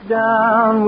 down